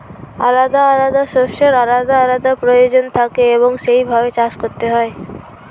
আলাদা আলাদা শস্যের আলাদা আলাদা প্রয়োজন থাকে এবং সেই ভাবে চাষ করতে হয়